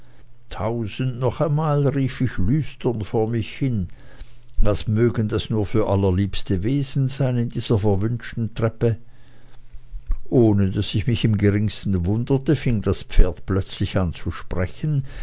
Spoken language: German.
tausend noch einmal rief ich lüstern vor mich hin was mögen das nur für allerliebste wesen sein in dieser verwünschten treppe ohne daß ich mich im geringsten wunderte fing das pferd plötzlich an zu sprechen